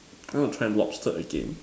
I want to try lobster again